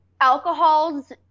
alcohol's